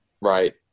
right